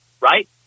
right